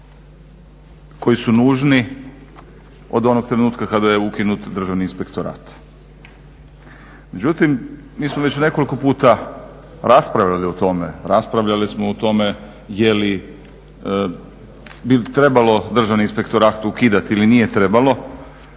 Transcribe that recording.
koji su nužni od onog trenutka kada je ukinut Državni inspektorat. Međutim, mi smo već nekoliko puta raspravili o tome, raspravljali smo o tome je li, bi li trebalo Državni inspektorat ukidati ili nije trebalo.